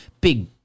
big